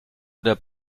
oder